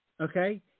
Okay